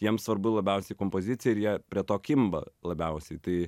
jiems svarbu labiausiai kompozicija ir jie prie to kimba labiausiai tai